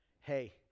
hey